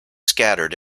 scattered